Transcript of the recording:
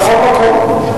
בכל מקום.